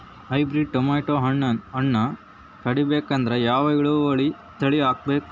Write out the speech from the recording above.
Hybrid tomato ಹಣ್ಣನ್ನ ಪಡಿಬೇಕಂದರ ಯಾವ ಇಳುವರಿ ತಳಿ ಹಾಕಬೇಕು?